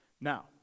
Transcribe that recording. Now